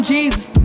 Jesus